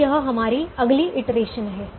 तो यह हमारी अगली इटरेशन है